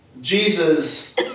Jesus